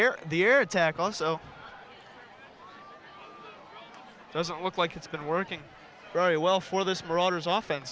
air the air attack also doesn't look like it's been working very well for this broader is of